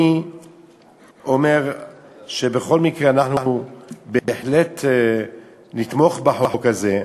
אני אומר שבכל מקרה אנחנו בהחלט נתמוך בחוק הזה,